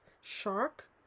shark